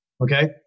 Okay